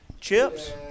Chips